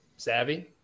savvy